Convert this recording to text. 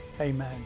Amen